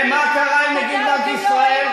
ומה קרה עם נגיד בנק ישראל?